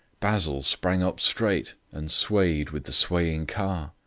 basil sprang up straight and swayed with the swaying car.